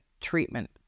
treatment